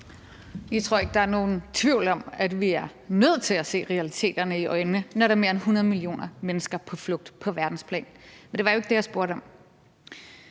tror ikke, at der er nogen tvivl om, at vi er nødt til at se realiteterne i øjnene, når der er mere end 100 millioner mennesker på flugt på verdensplan, men det var jo ikke det, jeg spurgte om.